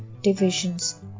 Divisions